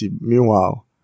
Meanwhile